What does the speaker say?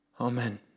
amen